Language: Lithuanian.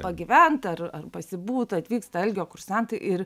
pagyvent ar ar pasibūt atvyksta algio kursantai ir